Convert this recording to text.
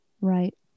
Right